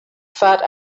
fat